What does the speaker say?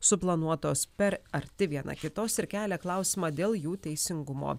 suplanuotos per arti viena kitos ir kelia klausimą dėl jų teisingumo